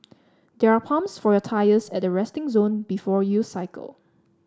there are pumps for your tyres at the resting zone before you cycle